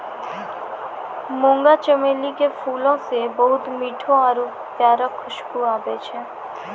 मुंगा चमेली के फूलो से बहुते मीठो आरु प्यारा खुशबु आबै छै